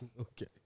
Okay